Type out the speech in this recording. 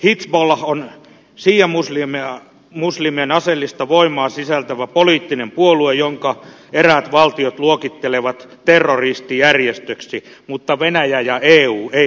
hizbollah on siiamuslimien aseellista voimaa sisältävä poliittinen puolue jonka eräät valtiot luokittelevat terroristijärjestöksi mutta venäjä ja eu eivät näin tee